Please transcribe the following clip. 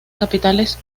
capitales